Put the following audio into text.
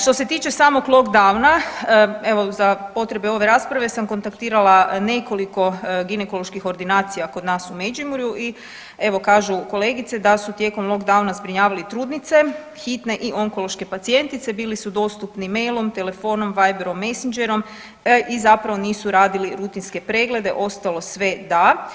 Što se tiče samog lockdowna, evo za potrebe ove rasprave sam kontaktirala nekoliko ginekoloških ordinacija kod nas u Međimurju i evo kažu kolegice da su tijekom lockdowna zbrinjavali trudnice, hitne i onkološke pacijentice, bili su dostupni mailom, telefonom, Viberom, Messengerom i zapravo nisu radili rutinske preglede, ostalo sve da.